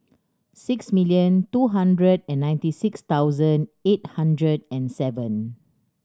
six million two hundred and ninety six thousand eight hundred and seven